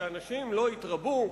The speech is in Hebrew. שאנשים לא יתרבו?